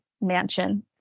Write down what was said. mansion